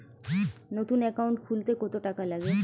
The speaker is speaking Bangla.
নতুন একাউন্ট খুলতে কত টাকা লাগে?